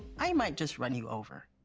i might just run you over.